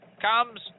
comes